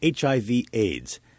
HIV-AIDS